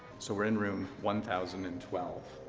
so we're in room one thousand and twelve,